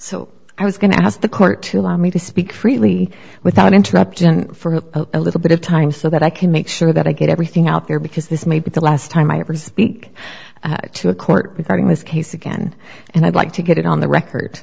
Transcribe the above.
so i was going to ask the court to allow me to speak freely without interruption for a little bit of time so that i can make sure that i get everything out there because this may be the last time i ever speak to a court regarding this case again and i'd like to get it on the record